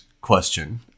question